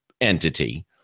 entity